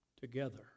together